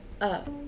up